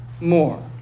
more